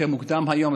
יותר מוקדם היום,